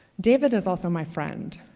david is also my friend.